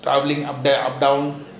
up there up down